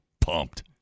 pumped